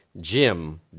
Jim